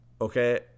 okay